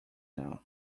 now